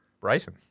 bryson